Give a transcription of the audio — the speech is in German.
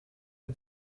ihr